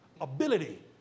Ability